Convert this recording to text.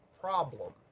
problem